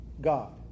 God